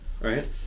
right